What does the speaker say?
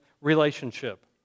relationship